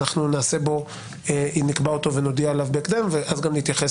אנחנו נקבע אותו ונודיע עליו בהקדם ואז גם נתייחס